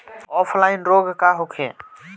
Offline रोग का होखे?